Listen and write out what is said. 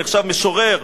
נחשב משורר,